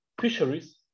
fisheries